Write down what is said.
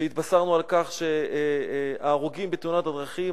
כשהתבשרנו על כך שההרוגים בתאונות הדרכים